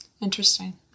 Interesting